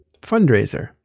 fundraiser